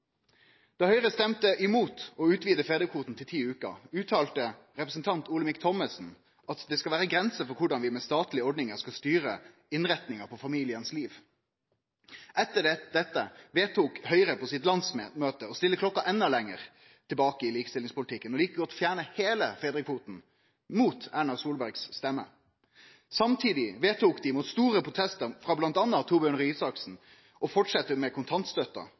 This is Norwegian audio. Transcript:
Da Høgre stemte imot å utvide fedrekvoten til ti veker, uttalte representant Olemic Thommessen at det skal vere grenser for korleis vi med statlege ordningar skal styre innretningar på familien sitt liv. Etter dette vedtok Høgre på landsmøtet sitt å stille klokka enda lenger tilbake i likestillingspolitikken og like godt fjerne heile fedrekvoten – mot Erna Solberg si stemme. Samtidig vedtok dei mot store protestar – frå m.a. Torbjørn Røe Isaksen – å fortsette med kontantstøtta.